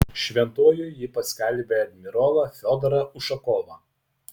šventuoju ji paskelbė admirolą fiodorą ušakovą